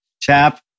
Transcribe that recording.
Chap